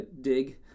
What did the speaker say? dig